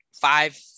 five